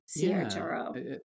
CHRO